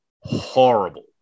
horrible